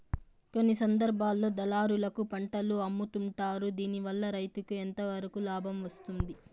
కొన్ని సందర్భాల్లో దళారులకు పంటలు అమ్ముతుంటారు దీనివల్ల రైతుకు ఎంతవరకు లాభం వస్తుంది?